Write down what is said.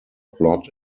plot